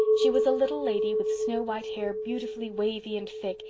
she was a little lady with snow-white hair beautifully wavy and thick,